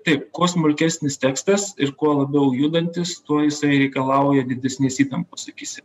taip kuo smulkesnis tekstas ir kuo labiau judantis tuo jisai reikalauja didesnės įtampos akyse